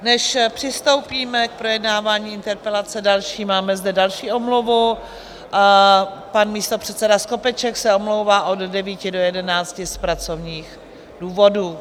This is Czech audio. Než přistoupíme k projednávání interpelace další, máme zde další omluvu: pan místopředseda Skopeček se omlouvá od 9 do 11 z pracovních důvodů.